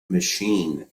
machine